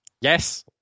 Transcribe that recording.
Yes